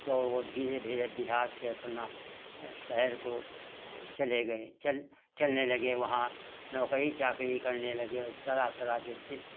तो वह धीरे धीरे बिहार से अपना शहर को चले गए चल चलने लगे वहाँ नौकरी चाकरी करने लगे तरह तरह के चित्र